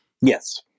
Yes